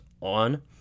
on